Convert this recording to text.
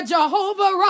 Jehovah